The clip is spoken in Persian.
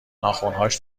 ناخنهاش